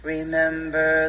Remember